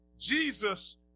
Jesus